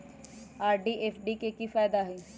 RD आ FD के कि फायदा हई?